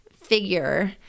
figure